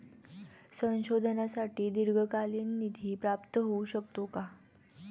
संशोधनासाठी दीर्घकालीन निधी प्राप्त होऊ शकतो का?